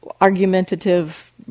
argumentative